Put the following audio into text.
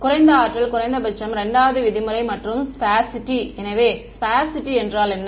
குறைந்த ஆற்றல் குறைந்தபட்சம் 2 வது விதிமுறை மற்றும் ஸ்பார்சிட்டி எனவே ஸ்பார்சிட்டி என்றால் என்ன